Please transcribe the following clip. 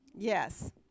Yes